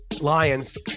lions